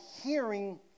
hearing